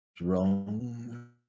Wrong